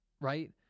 right